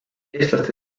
eestlaste